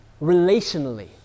relationally